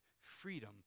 freedom